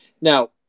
Now